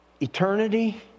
Eternity